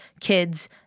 Kids